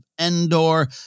Endor